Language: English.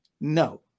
no